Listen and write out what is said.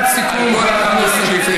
מאיפה תיקח את כל הפקחים כדי שיפקחו, שיתגיירו?